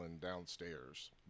downstairs